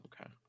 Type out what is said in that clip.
Okay